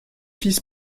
vice